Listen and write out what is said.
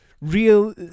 real –